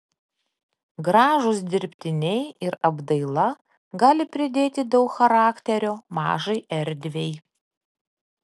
gražūs dirbtiniai ir apdaila gali pridėti daug charakterio mažai erdvei